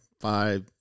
five